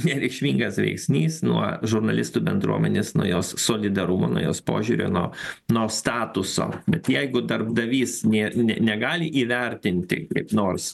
nereikšmingas veiksnys nuo žurnalistų bendruomenės nuo jos solidarumo nuo jos požiūrio nuo nuo statuso bet jeigu darbdavys ne negali įvertinti kaip nors